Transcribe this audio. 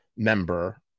member